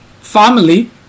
family